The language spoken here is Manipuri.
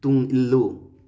ꯇꯨꯡ ꯏꯜꯂꯨ